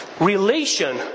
relation